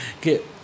get